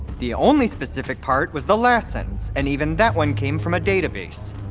the only specific part was the last sentence, and even that one came from a database.